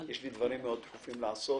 יש לי דברים דחופים מאוד לעשות,